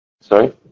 Sorry